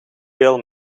veel